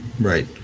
right